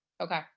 okay